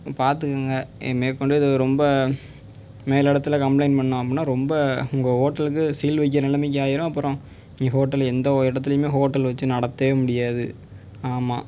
பார்த்துக்குங்க மேற்கொண்டு இது ரொம்ப மேல் இடத்தில் கம்ப்ளைன்ட் பண்ணமுனால் ரொம்ப உங்கள் ஹோட்டலுக்கு சீல் வைக்கிற நிலைமைக்கு ஆயிடும் அப்புறம் நீங்கள் ஹோட்டல் எந்த இடத்திலியுமே ஹோட்டல் வச்சு நடத்தவே முடியாது ஆமாம்